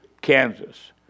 Kansas